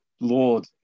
Lord